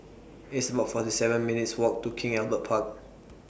It's about forty seven minutes' Walk to King Albert Park